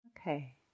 Okay